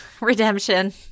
Redemption